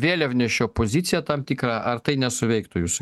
vėliavnešio poziciją tam tikrą ar tai nesuveiktų jūsų